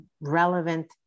relevant